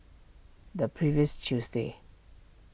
the previous Tuesday